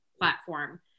platform